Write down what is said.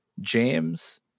James